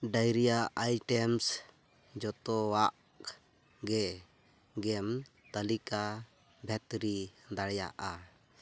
diarrhoea items ᱡᱚᱛᱚᱣᱟᱜ ᱜᱮᱢ ᱛᱟᱹᱞᱤᱠᱟ ᱵᱷᱮᱛᱨᱤ ᱫᱟᱲᱮᱭᱟᱜᱼᱟ